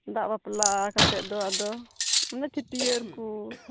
ᱫᱟᱜ ᱵᱟᱯᱞᱟ ᱠᱟᱛᱮᱫ ᱫᱚ ᱟᱫᱚ ᱚᱱᱮ ᱪᱷᱟᱹᱴᱭᱟᱹᱨ ᱠᱚ